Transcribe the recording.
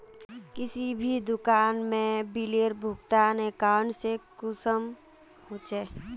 किसी भी दुकान में बिलेर भुगतान अकाउंट से कुंसम होचे?